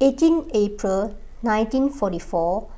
eighteen April nineteen forty four